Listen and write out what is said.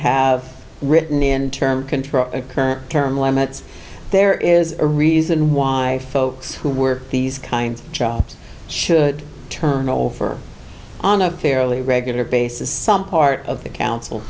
have written in term control current term limits there is a reason why folks who were these kinds of jobs should turn over on a fairly regular basis some part of the council